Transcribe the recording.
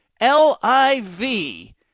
L-I-V